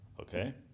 okay